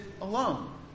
alone